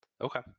Okay